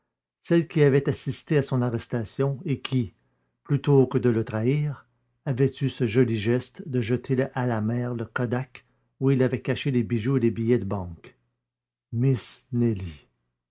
celle qui avait assisté à son arrestation et qui plutôt que de le trahir avait eu ce joli geste de jeter à la mer le kodak où il avait caché les bijoux et les billets de banque miss nelly